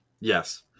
Yes